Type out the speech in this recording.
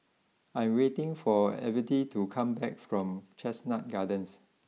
I am waiting for Evette to come back from Chestnut Gardens